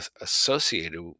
associated